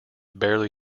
barely